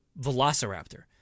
Velociraptor